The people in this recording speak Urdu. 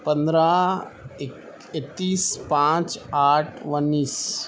پندرہ اکتیس پانچ آٹھ انّیس